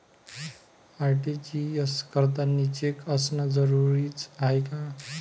RTGS करतांनी cheque असनं जरुरीच हाय का?